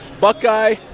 Buckeye